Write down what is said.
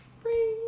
free